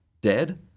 dead